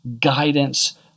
guidance